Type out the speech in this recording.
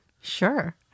Sure